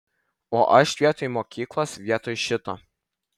o aš vietoj mokyklos vietoj šito